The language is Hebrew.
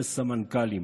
הימין.